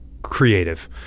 Creative